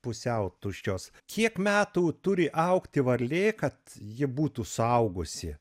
pusiau tuščios kiek metų turi augti varlė kad ji būtų suaugusi